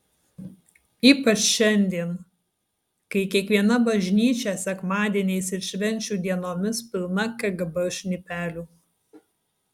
ypač šiandien kai kiekviena bažnyčia sekmadieniais ir švenčių dienomis pilna kgb šnipelių